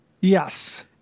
Yes